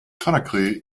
conakry